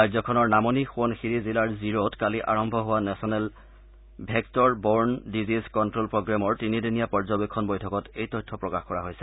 ৰাজ্যখনৰ নামনি সোৱণশিৰি জিলাৰ জিৰত কালি আৰম্ভ হোৱা national vector borne disease control প্ৰগ্ৰেমৰ তিনিদিনীয়া পৰ্যবেক্ষণ বৈঠকত এই তথ্য প্ৰকাশ কৰা হৈছে